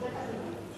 אדוני צודק.